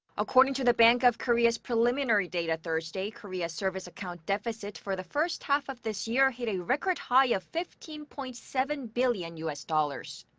according to the bank of korea's preliminary data thursday, korea's service account deficit for the first half of this year hit a record high of fifteen point seven billion u s. dollars.